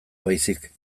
baizik